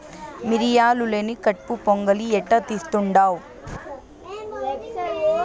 మిరియాలు లేని కట్పు పొంగలి ఎట్టా తీస్తుండావ్